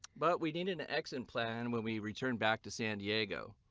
but we need an exit plan when we return back to san diego